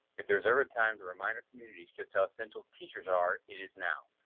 if there's ever a time to remind our communities just how essential teachers are, it is now.